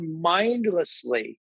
mindlessly